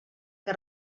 que